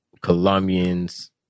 colombians